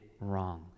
wrong